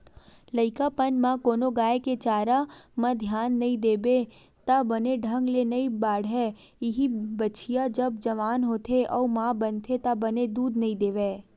लइकापन म कोनो गाय के चारा म धियान नइ देबे त बने ढंग ले नइ बाड़हय, इहीं बछिया जब जवान होथे अउ माँ बनथे त बने दूद नइ देवय